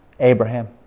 Abraham